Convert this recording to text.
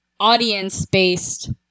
audience-based